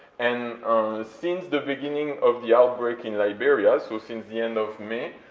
and it seems the beginning of the outbreak in liberia, so since the end of may,